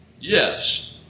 Yes